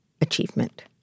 achievement